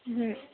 হু